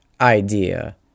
idea